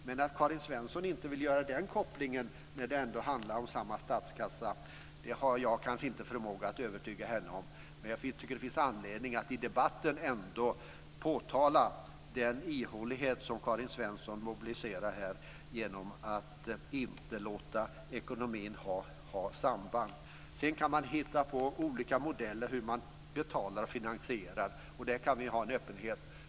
Men om Karin Svensson Smith inte vill göra den kopplingen när det ändå handlar om samma statskassa har jag kanske inte förmåga att övertyga henne om det. Men jag tycker att det finns anledning att i debatten ändå påtala den ihålighet som Karin Svensson Smith mobiliserar här genom att inte låta ekonomin ha samband. Sedan kan man hitta på olika modeller för hur man betalar och finansierar, och där kan vi ha en öppenhet.